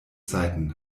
zeiten